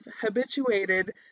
habituated